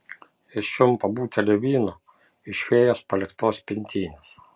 jis čiumpa butelį vyno iš fėjos paliktos pintinės